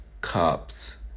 cops